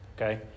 okay